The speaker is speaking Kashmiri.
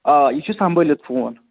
آ یہِ چھُ سمبٲلِتھ فون